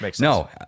no